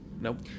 Nope